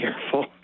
careful